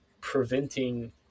preventing